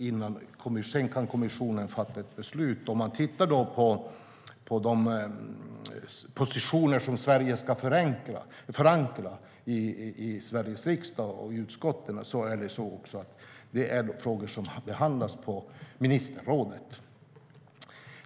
Sedan kan kommissionen fatta beslut. Om man tittar på de positioner som Sverige ska förankra i utskotten i Sveriges riksdag är det frågor som behandlas på ministerrådet.